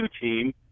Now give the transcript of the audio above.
team